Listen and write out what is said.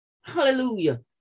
Hallelujah